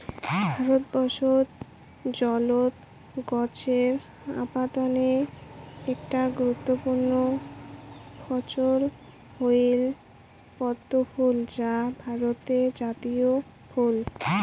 ভারতবর্ষত জলজ গছের আবাদের একটা গুরুত্বপূর্ণ ফছল হইল পদ্মফুল যা ভারতের জাতীয় ফুল